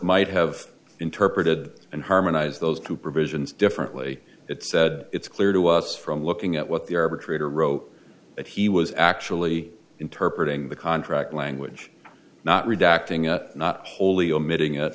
might have interpreted and harmonize those two provisions differently it said it's clear to us from looking at what the arbitrator wrote that he was actually interpreted in the contract language not redacting a not wholly omitting it